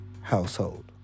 household